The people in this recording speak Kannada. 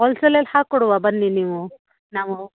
ಹೋಲ್ ಸೇಲಲ್ಲಿ ಹಾಕೊಡುವ ಬನ್ನಿ ನೀವು ನಾವೂ